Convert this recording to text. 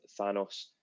Thanos